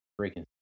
freaking